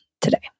today